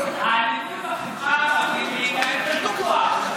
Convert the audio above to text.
האלימות בחברה הערבית נהייתה יותר גרועה.